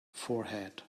forehead